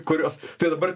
kurios tai dabar